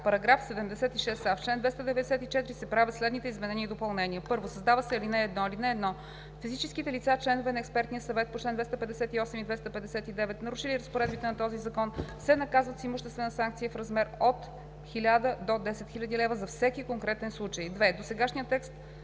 76а: „§ 76а. В чл. 294 се правят следните изменения и допълнения: 1. Създава се ал.1: „(1) Физическите лица – членове на експертния съвет по чл. 258 и 259, нарушили разпоредбите на този закон, се наказват с имуществена санкция в размер от 1000 до 10 000 лв. за всеки конкретен случай.“ 2. Досегашният текст